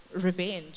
revenge